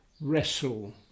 wrestle